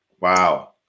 Wow